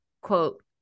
quote